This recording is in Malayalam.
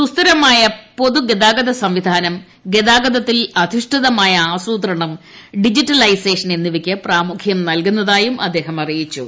സൂസ്ഥിരമായ പൊതുഗതാഗത സംവിധാനം ഗതാഗതത്തിൽ അധിഷ്ഠിതമായ ആസുത്രണം ഡിജിറ്റലൈസേഷൻ എന്നിവയ്ക്ക് പ്രാമുഖ്യം നല്കുന്നതായും അദ്ദേഹം അറിയിച്ചു